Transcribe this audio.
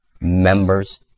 members